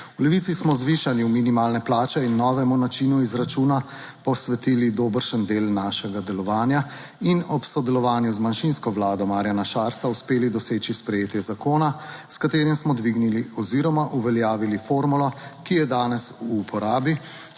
V Levici smo zvišanju minimalne plače in novemu načinu izračuna posvetili dobršen del našega delovanja in ob sodelovanju z manjšinsko Vlado Marjana Šarca uspeli doseči sprejetje zakona, s katerim smo dvignili oziroma uveljavili formulo, ki je danes v uporabi,